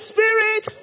Spirit